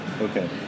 Okay